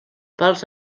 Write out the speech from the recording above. pels